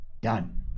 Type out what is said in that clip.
Done